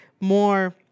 more